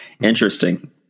interesting